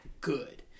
good